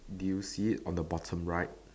do you see it on the bottom right